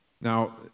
Now